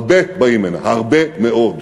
הרבה באים הנה, הרבה מאוד,